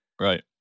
Right